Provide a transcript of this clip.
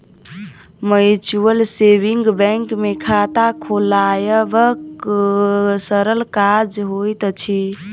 mutual saving bank मे खाता खोलायब सरल काज होइत अछि